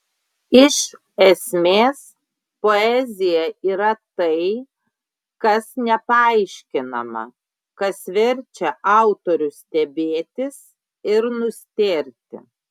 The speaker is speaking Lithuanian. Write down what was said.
iš esmės poezija yra tai kas nepaaiškinama kas verčia autorių stebėtis ir nustėrti